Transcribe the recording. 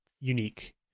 unique